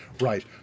Right